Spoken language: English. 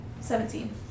Seventeen